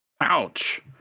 Ouch